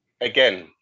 again